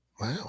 Wow